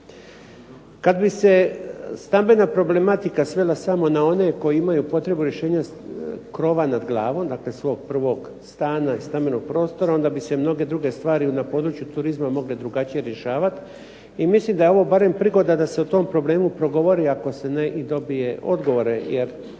Kad bi se stambena problematika svela samo na one koji imaju potrebu rješenja krova nad glavom, dakle svog prvog stana i stambenog prostora onda bi se mnoge druge stvari na području turizma mogle drugačije rješavati. I mislim da je ovo barem prigoda da se o tom problemu progovori ako se ne i dobije odgovore.